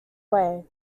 way